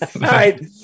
right